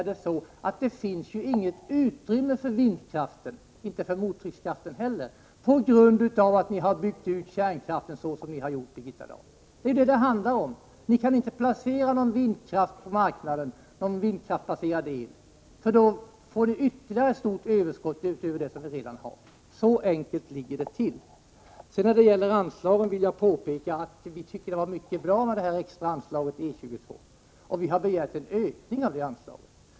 Det finns inget utrymme för vindkraften och inte för mottryckskraften heller, på grund av att ni har byggt ut kärnkraften så som ni har gjort, Birgitta Dahl. Det är detta det handlar om. Ni kan inte placera någon vindkraftsbaserad el på marknaden, för då får ni ytterligare ett stort överskott utöver det som redan finns. Så enkelt är det. När det gäller anslagen vill jag påpeka att vi i vpk tycker att det extra anslaget under punkten E 22 är mycket bra, och vi har begärt en ökning av detta anslag.